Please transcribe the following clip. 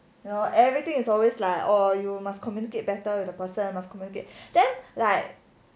you know everything is always like oh you must communicate better with the person must communicate then like